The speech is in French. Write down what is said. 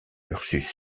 ursus